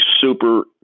super